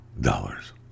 dollars